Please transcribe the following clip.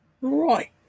Right